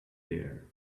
there